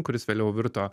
kuris vėliau virto